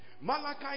Malachi